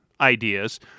ideas